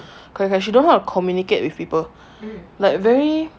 correct correct she don't know how to communicate with people like very